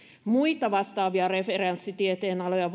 muita vastaavia referenssitieteenaloja